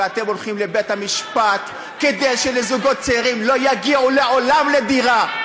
ואתם הולכים לבית-המשפט כדי שזוגות צעירים לא יגיעו לעולם לדירה.